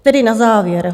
Tedy na závěr.